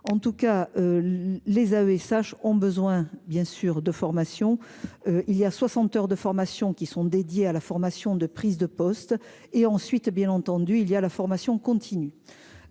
en tout cas. Les AESH ont besoin bien sûr de formation. Il y a 60 heures de formation qui sont dédiés à la formation de prise de poste et ensuite bien entendu il y a la formation continue.